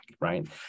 right